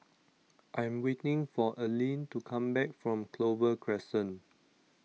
I'm waiting for Allene to come back from Clover Crescent